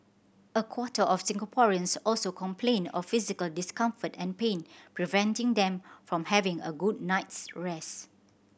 a quarter of Singaporeans also complained of physical discomfort and pain preventing them from having a good night's rest